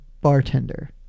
bartender